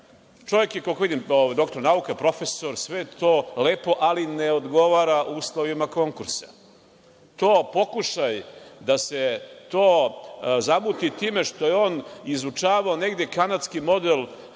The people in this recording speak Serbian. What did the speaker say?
Čovek je koliko vidim doktor nauka, profesor. Sve je to lepo, ali ne odgovara uslovima konkursa. Pokušaj da se to zamuti time što je on izučavao negde kanadski model